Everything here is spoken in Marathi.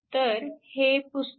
तर हे पुसतो